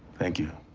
thank you.